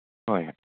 ꯍꯣꯏ